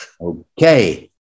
Okay